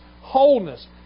wholeness